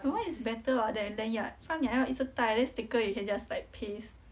but mine is better what than lanyard 不然你还一直要戴 then sticker you can just like paste